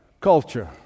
culture